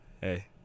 Hey